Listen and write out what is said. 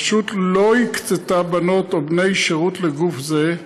הרשות לא הקצתה בנות או בני שירות לגוף זה,